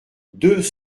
deux